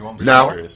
Now